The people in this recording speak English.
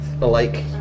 alike